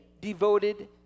devoted